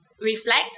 Reflect